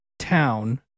town